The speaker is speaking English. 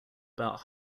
about